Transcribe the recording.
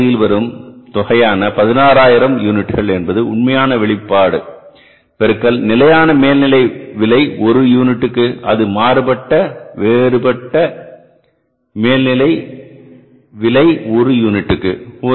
முதல் பகுதியில் வரும் தொகையான 16000 யூனிட்கள் என்பது உண்மையான வெளிப்பாடு பெருக்கல் நிலையான மேல்நிலை விலை ஒரு யூனிட்டுக்கு அது மாறுபட்ட வேறுபட்ட மேல்நிலை விலை ஒரு யூனிட்டிற்கு